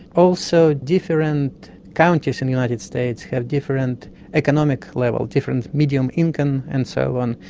also different counties in the united states have different economic level, different medium income and so on,